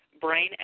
brain